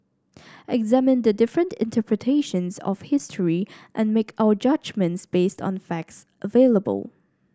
examine the different interpretations of history and make our judgement based on the facts available